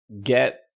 get